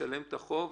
ישלם את החוב.